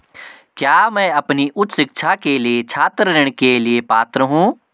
क्या मैं अपनी उच्च शिक्षा के लिए छात्र ऋण के लिए पात्र हूँ?